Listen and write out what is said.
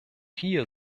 hier